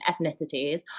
ethnicities